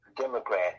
Democrat